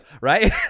right